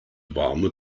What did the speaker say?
warme